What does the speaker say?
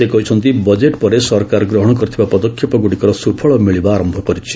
ସେ କହିଛନ୍ତି ବଜେଟ୍ ପରେ ସରକାର ଗ୍ରହଣ କରିଥିବା ପଦକ୍ଷେପଗ୍ରଡ଼ିକର ସୁଫଳ ମିଳିବା ଆରମ୍ଭ କରିଛି